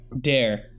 Dare